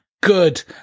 good